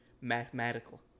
mathematical